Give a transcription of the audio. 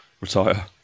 retire